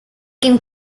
can